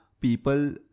people